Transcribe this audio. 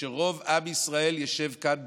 שרוב עם ישראל ישב כאן,